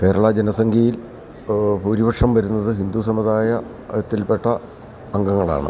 കേരള ജനസംഖ്യയിൽ ഭൂരിപക്ഷം വരുന്നത് ഹിന്ദു സമുദായ അതിൽ പെട്ട അംഗങ്ങളാണ്